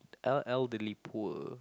el~ elderly poor